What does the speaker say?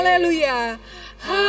Hallelujah